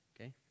okay